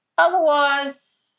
Otherwise